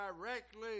directly